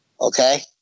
okay